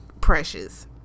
Precious